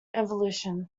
evolution